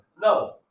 No